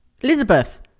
Elizabeth